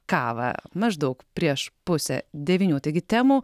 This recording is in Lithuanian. kavą maždaug prieš pusę devynių taigi temų